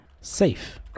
safe